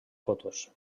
fotos